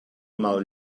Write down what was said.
mal